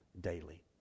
daily